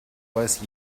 weiß